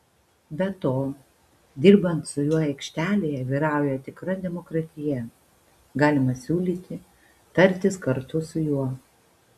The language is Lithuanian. be to dirbant su juo aikštelėje vyrauja tikra demokratija galima siūlyti tartis kartu su juo